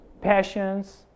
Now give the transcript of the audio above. passions